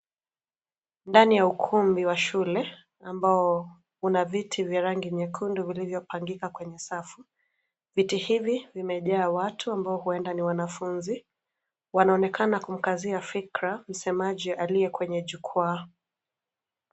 Ndani ya ukumbi wa shule, ambao, una viti vya rangi nyekundu vilivyopangika kwenye safu, viti hivi vimejaa watu ambao huenda ni wanafunzi, wanaonekana kumkazia fikra msemaji aliye kwenye jukwaa.